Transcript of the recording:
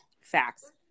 facts